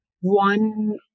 one